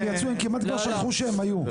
הם כמעט כבר שכחו שהם היו.